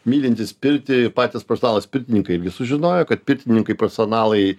mylintys pirtį patys profesionalūs pirtininkai irgi sužinojo kad pirtininkai profesionalai